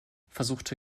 versuchte